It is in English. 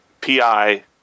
PI